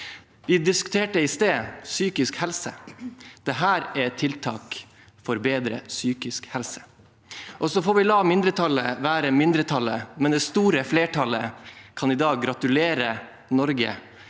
Vi diskuterte i sted psykisk helse. Dette er tiltak for bedre psykisk helse. Så får vi la mindretall være mindretall, men det store flertallet kan i dag gratulere Norge